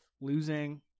losing